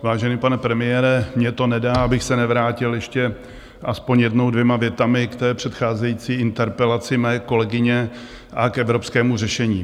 Vážený pane premiére, mně to nedá, abych se nevrátil ještě aspoň jednou, dvěma větami k předcházející interpelaci mé kolegyně a k evropskému řešení.